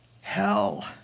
Hell